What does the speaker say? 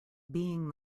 being